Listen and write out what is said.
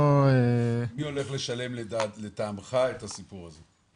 מי הולך לשלם לטעמך את הסיפור הזה?